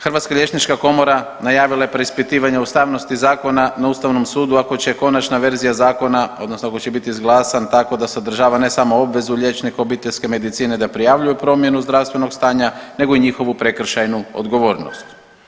Hrvatska liječnička komora najavila je preispitivanje ustavnosti zakona na Ustavnom sudu ako će konačna verzija zakona, odnosno ako će biti izglasan tako da sadržava ne samo obvezu liječnika obiteljske medicine da prijavljuju promjenu zdravstvenog stanja nego i njihovu prekršajnu odgovornost.